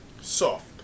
Soft